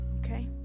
okay